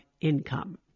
income